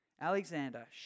Alexander